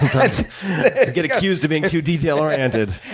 but get accused of being too detail oriented.